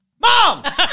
Mom